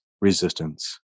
resistance